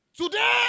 Today